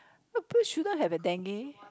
that place shouldn't have a dengue